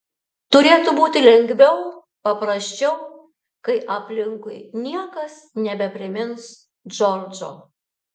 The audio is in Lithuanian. turėtų būti lengviau paprasčiau kai aplinkui niekas nebeprimins džordžo